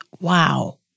Wow